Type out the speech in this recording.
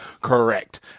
correct